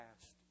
past